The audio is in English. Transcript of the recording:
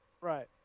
Right